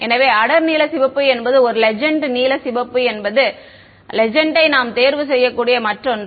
எனவே அடர் நீல சிவப்பு என்பது ஒரு லெஜெண்ட் நீல சிவப்பு என்பது லெஜெண்ட் யை நாம் தேர்வு செய்யக்கூடிய மற்றொருன்று